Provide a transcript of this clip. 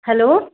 hello